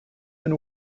been